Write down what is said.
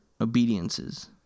obediences